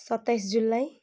सत्ताइस जुलाई